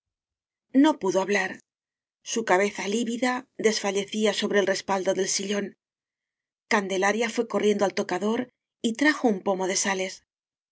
no pudo hablar su cabeza lívida desfalle cía sobre el respaldo del sillón candelaria fue corriendo al tocador y trajo un pomo de sales